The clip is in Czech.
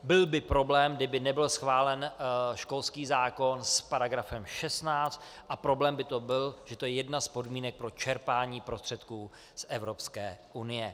Byl by problém, kdyby nebyl schválen školský zákon s § 16, a problém by to byl, že to je jedna z podmínek pro čerpání prostředků z Evropské unie.